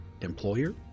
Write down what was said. employer